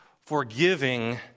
forgiving